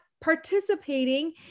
participating